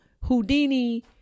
Houdini